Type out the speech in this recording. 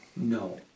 No